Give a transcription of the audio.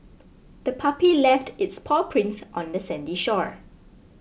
the puppy left its paw prints on the sandy shore